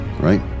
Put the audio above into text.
right